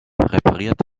repariert